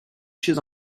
chez